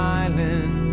island